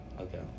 Okay